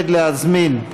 תהיה מליץ יושר על כולנו.